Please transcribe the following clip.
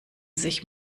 sich